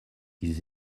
ils